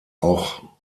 auch